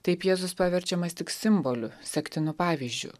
taip jėzus paverčiamas tik simboliu sektinu pavyzdžiu